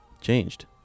changed